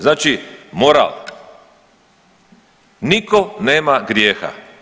Znači moral, niko nema grijeha.